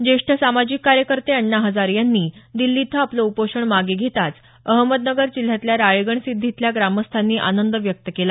ज्येष्ठ सामाजिक कार्यकर्ते अण्णा हजारे यांनी दिल्ली इथं आपलं उपोषण मागे घेताच अहमदनगर जिल्ह्यातल्या राळेगणसिद्धी इथल्या ग्रामस्थांनी आनंद व्यक्त केला